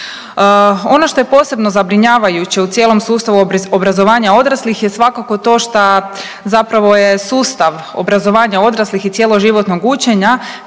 Ono što je posebno zabrinjavajuće u cijelom sustavu obrazovanja odraslih je svakako to što zapravo je sustav obrazovanja odraslih i cjeloživotnog učenja